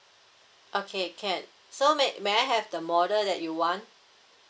okay can so may may I have the model that you want